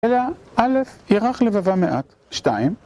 אלא א' ירח לבבה מעט שתיים